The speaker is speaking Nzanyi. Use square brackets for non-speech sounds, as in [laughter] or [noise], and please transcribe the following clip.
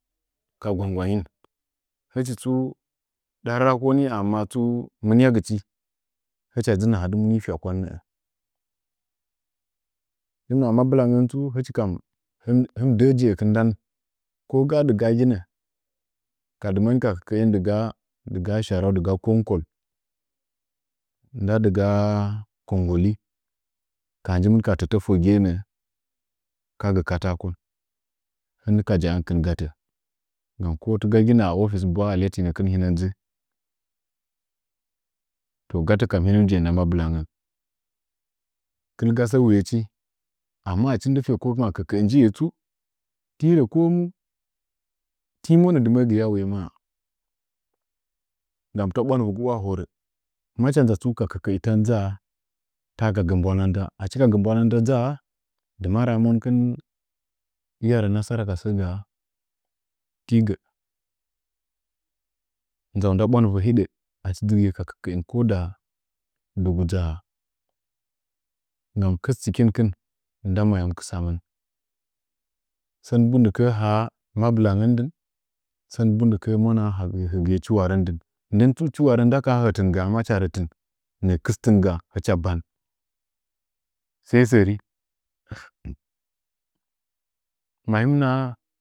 Ka gwangngguangyin hɨchi tsu darrako ni amma tsu mɨnyagɨchi hicha shi nahaya aka muni fyakwan, hin naha mabilangən tsu hɨnə mɨ dəə jekin ndan ko ga’a tsu hɨnə mɨ dəə jekin ndan ko ga’a dɨgahagɨnə a himiu ka dʒɨkin digaha sarou, digaha belel nda dɨgaha konngoli kaha njimin ka tətə fegiye ka gə katakon hin ka jaankɨn gatə nggan ko tɨ gagina affnie mɨberaa ələtinəkin luna dʒɨ to gatə kam hinə mɨ je’ə nda mabɨlangən kɨlgaso wuyechi amma achi ndifəko makɨkə’ə tirə komu ko na dɨməəgɨya wuye ma’a nggam ta bwandɨvəgwaa horə maoha nʒa tsu ka kɨkəi lan dʒaa ta ka gə mbwannda, achi ka gə mbwanand dʒaa dɨma raa monkin luya rə nasara ka səə gaa, tigə, nʒau nda bwandɨvə hidə achi dʒigiye ka kəkəin ko daa dɨgu dʒaa nggam kɨsti kinkɨn nda ma yam kɨsamɨn, sən bundɨkəə haa mabɨlangən dɨn sen bundɨkəə munawaa həgɨye chiwarən dɨn ndən tsu chiwarən maka ha hətingaa macha rotin nə’ə kɨstɨnga hɨcha ban sən sərim [laughs] mayin ma.